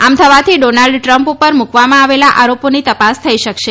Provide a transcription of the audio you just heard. આમ થવાથી Donald Trump ઉપર મૂકવામાં આવેલા આરોપોની તપાસ થઈ શકશે